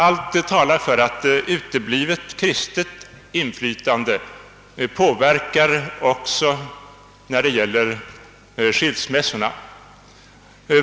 Allt talar för att uteblivet kristet inflytande inverkar också när det gäller skilsmässorna.